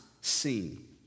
seen